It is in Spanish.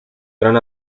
gran